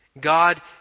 God